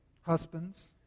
Husbands